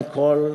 עם כל,